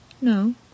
no